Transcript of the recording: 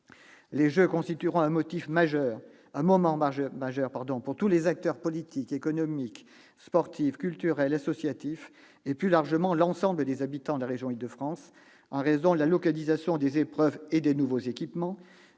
Les Jeux constitueront un moment majeur pour tous les acteurs politiques, économiques, sportifs, culturels, associatifs et, plus largement, pour l'ensemble des habitants de la région Île-de-France, en raison de la localisation des épreuves et des nouveaux équipements-